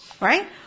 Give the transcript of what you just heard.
Right